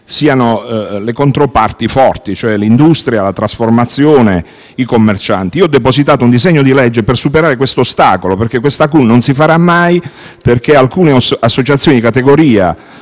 siano le controparti forti, ossia l'industria, la trasformazione e i commercianti. Ho depositato un disegno di legge per superare tale ostacolo, perché questa CUN non si farà mai, dal momento che alcune associazioni di categoria